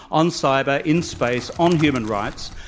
on cyber, in space, on human rights,